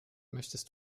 möchtest